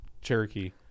Cherokee